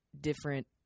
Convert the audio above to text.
different